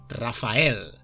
Rafael